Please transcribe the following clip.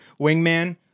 Wingman